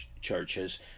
churches